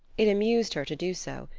it amused her to do so.